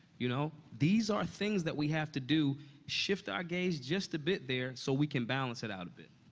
you know? these are things that we have to do shift our gaze just a bit there so we can balance it out of it.